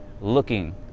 Looking